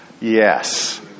Yes